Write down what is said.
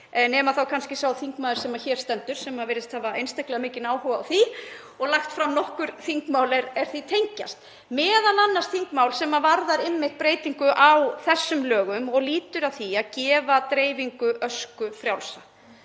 nema þá kannski þeim þingmanni sem hér stendur sem virðist hafa einstaklega mikinn áhuga á því og hefur lagt fram nokkur þingmál er því tengjast, m.a. þingmál sem varðar einmitt breytingu á þessum lögum og lýtur að því að gefa dreifingu ösku frjálsa.